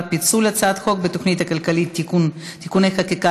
פיצול הצעת חוק התוכנית הכלכלית (תיקוני חקיקה